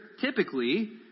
typically